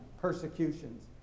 persecutions